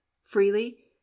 freely